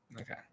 Okay